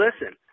listen